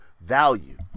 value